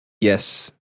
Yes